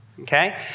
okay